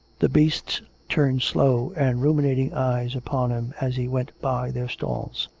the beasts turned slow and ruminating eyes upon him as he went by their stalls.